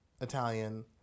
Italian